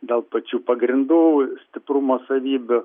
dėl pačių pagrindų stiprumo savybių